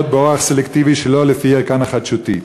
באורח סלקטיבי שלא לפי ערכן החדשותי.